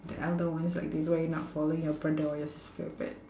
the elder one's like this why you not following your brother or your sister